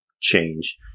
change